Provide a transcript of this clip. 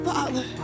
Father